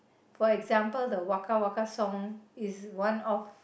for example the Waka Waka song is one of